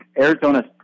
Arizona